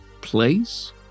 place